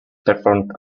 performed